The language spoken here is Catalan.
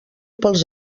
pels